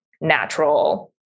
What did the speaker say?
natural